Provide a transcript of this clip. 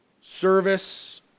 service